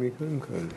בבקשה.